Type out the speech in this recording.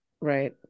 right